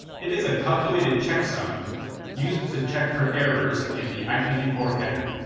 it is a calculated checksum used to check for errors in the i p v four header.